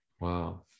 Wow